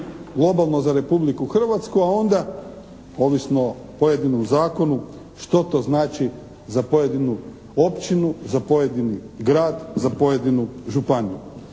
globalno za Republiku Hrvatsku a onda ovisno o pojedinom zakonu što to znači za pojedinu općinu, za pojedini grad, za pojedinu županiju.